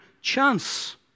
chance